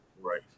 Right